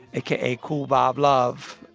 aka kool bob love,